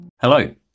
Hello